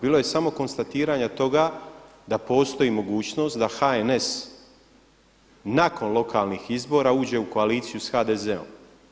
Bilo je samo konstatiranja toga da postoji mogućnost da HNS nakon lokalnih izbora uđe u koaliciju sa HDZ-om.